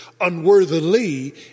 unworthily